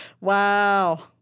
Wow